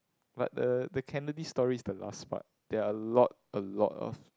but the the Kennedy story is the last part there are a lot a lot of